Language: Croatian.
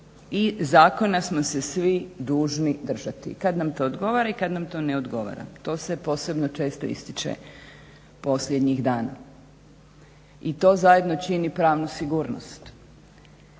i zakona smo se svi dužni držati kada nam to odgovara i kada nam to ne odgovara. To se posebno često ističe posljednjih dana. I to zajedno čini pravnu sigurnost.